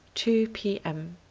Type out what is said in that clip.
two p m